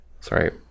Sorry